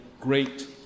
great